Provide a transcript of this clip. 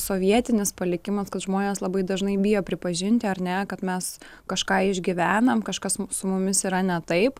sovietinis palikimas kad žmonės labai dažnai bijo pripažinti ar ne kad mes kažką išgyvenam kažkas su mumis yra ne taip